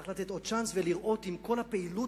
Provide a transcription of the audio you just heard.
צריך לתת עוד צ'אנס ולראות אם כל הפעילות